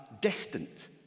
distant